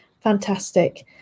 fantastic